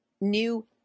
New